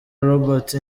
roberto